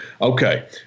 Okay